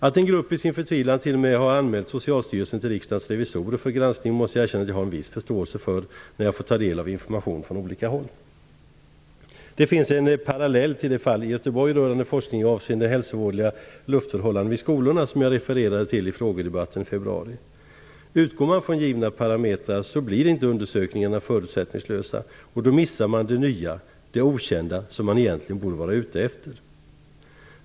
Att en grupp i sin förtvivlan t.o.m. har anmält Socialstyrelsen till Riksdagens revisorer för granskning måste jag erkänna att jag har en viss förståelse för när jag fått ta del av information från olika håll. Det finns en parallell till det fall i Göteborg rörande forskning avseende hälsovådliga luftförhållanden i skolorna som jag refererade till i frågedebatten i februari. Utgår man från givna parametrar blir inte undersökningarna förutsättningslösa, och då missar man det nya, det okända som man egentligen borde vara ute efter.